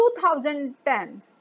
2010